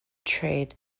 trade